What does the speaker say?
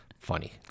funny